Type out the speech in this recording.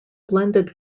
blended